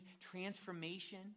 transformation